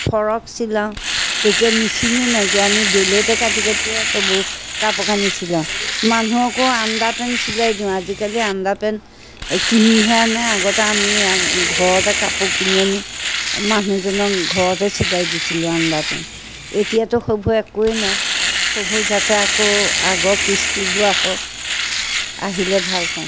frock চিলাওঁ তেতিয়া মেচিনও নাইকিয়া আমি ব্লেডে কাটি কাটিয়ে সেইবোৰ কাপোৰ কানি চিলাওঁ মানুহকো আণ্ডা পেণ্ট চিলাই দিওঁ আজিকালি আণ্ডা পেণ্ট কিনিহে আনে আগতে আমি ঘৰতে কাপোৰ কিনি আনি মানুহজনক ঘৰতে চিলাই দিছিলোঁ আণ্ডা পেণ্ট এতিয়াতো সেইবোৰ একোৱেই নাই সেইবোৰ যাতে আকৌ আগৰ কৃষ্টিবোৰ আহক আহিলে ভাল পাম